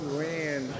ran